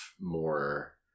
more